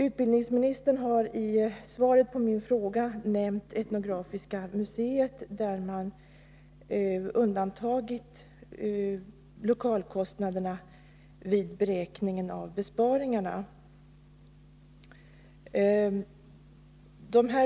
Utbildningsministern har i svaret på min fråga nämnt Etnografiska museet, där man undantagit lokalkostnaderna vid beräkningen av besparingarna.